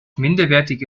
minderwertige